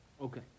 Okay